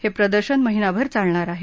हे प्रदर्शन महिनाभर चालणार आहे